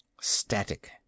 static